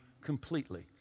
completely